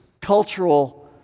cultural